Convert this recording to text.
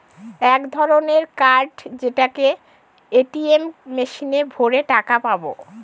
এক ধরনের কার্ড যেটাকে এ.টি.এম মেশিনে ভোরে টাকা পাবো